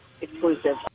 exclusive